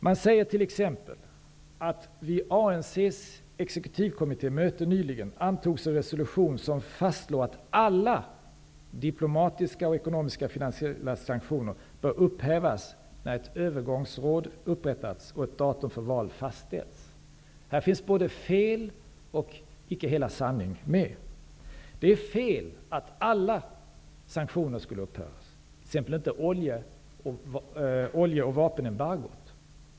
Man säger t.ex. att det vid ANC:s exekutivkommittémöte nyligen antogs en resolution som fastslår att alla diplomatiska och ekonomiskafinansiella sanktioner bör upphävas när ett övergångsråd upprättats och ett datum för val fastställts. Här finns fel, och här står icke hela sanningen. Det är fel att alla sanktioner skall upphöra, t.ex.